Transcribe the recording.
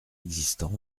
existant